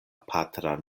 patran